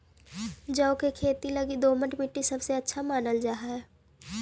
जौ के खेती लगी दोमट मट्टी सबसे अच्छा मानल जा हई